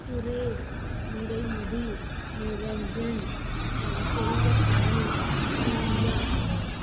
Suresh Niraimathi Niranjan Selvakumar Priya